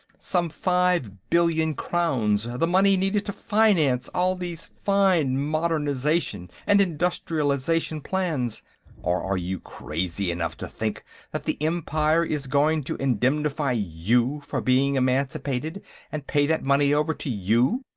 some five billion crowns, the money needed to finance all these fine modernization and industrialization plans or are you crazy enough to think that the empire is going to indemnify you for being emancipated and pay that money over to you?